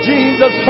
Jesus